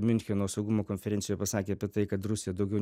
miuncheno saugumo konferencijoj pasakė apie tai kad rusija daugiau